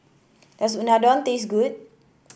does Unadon taste good